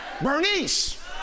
Bernice